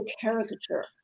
caricature